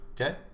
Okay